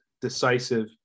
decisive